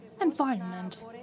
environment